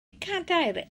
cadair